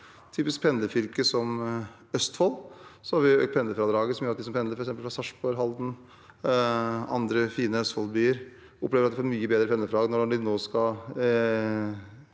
typisk pendlerfylke som Østfold har vi økt pendlerfradraget, som gjør at de som pendler fra f.eks. Sarpsborg, Halden og andre fine Østfold-byer, opplever at de får et mye bedre pendlerfradrag når de nå skal